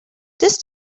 this